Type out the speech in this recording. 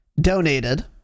donated